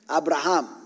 Abraham